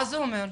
מה זה אומר?